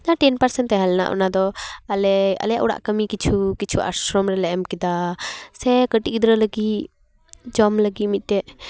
ᱡᱟᱦᱟᱸ ten percent ᱛᱟᱦᱮᱸ ᱞᱮᱱᱟ ᱚᱱᱟ ᱫᱚ ᱟᱞᱮ ᱟᱞᱮᱭᱟᱜ ᱚᱲᱟᱜ ᱠᱟᱹᱢᱤ ᱠᱤᱪᱷᱩᱼᱠᱤᱪᱷᱩ ᱟᱥᱨᱚᱢ ᱨᱮᱞᱮ ᱮᱢ ᱠᱮᱫᱟ ᱥᱮ ᱠᱟᱹᱴᱤᱡ ᱜᱤᱫᱽᱨᱟᱹ ᱞᱟᱹᱜᱤᱜ ᱡᱚᱢ ᱞᱟᱹᱜᱤᱫ ᱢᱤᱫᱴᱮᱱ